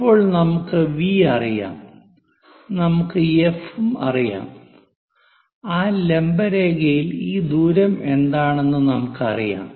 ഇപ്പോൾ നമുക്ക് വി അറിയാം നമുക്ക് എഫ് അറിയാം ആ ലംബ രേഖയിൽ ഈ ദൂരം എന്താണെന്ന് നമുക്കറിയാം